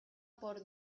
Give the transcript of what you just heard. por